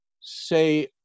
say